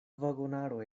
vagonaro